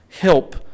help